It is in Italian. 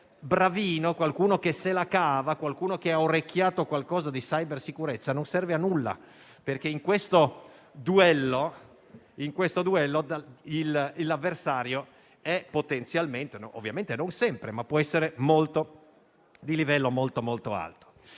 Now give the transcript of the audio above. qualcuno che è bravino, che se la cava, che ha orecchiato qualcosa di cybersicurezza non serve a nulla, perché in questo duello l'avversario è potenzialmente - ovviamente non sempre - di livello molto alto.